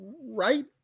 right